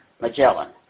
Magellan